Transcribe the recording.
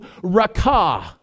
rakah